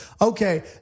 okay